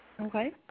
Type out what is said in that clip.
Okay